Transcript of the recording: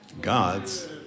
God's